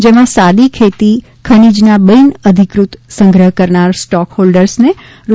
જેમાં સાદી રેતી ખનીજના બિનઅધિકૃત સંગ્રહ કરનાર સ્ટોકહોલ્ડર્સને રૂ